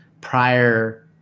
prior